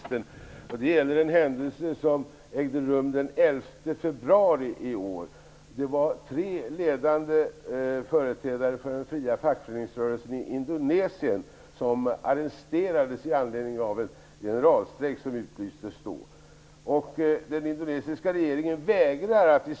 Tre ledande företrädare för den fria fackföreningsrörelsen i Indonesien, SBSI, har arresterats inför den generalstrejk som utlystes till den 11 februari.